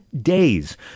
days